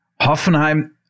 Hoffenheim